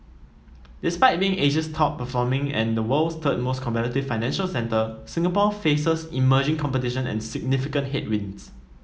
despite being Asia's top performing and the world's third most competitive financial centre Singapore faces emerging competition and significant headwinds